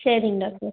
சரிங்க டாக்டர்